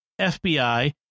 FBI